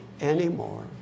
anymore